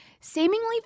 seemingly